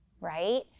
right